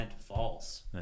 false